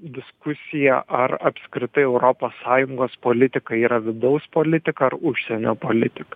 diskusija ar apskritai europos sąjungos politika yra vidaus politika ar užsienio politika